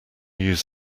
use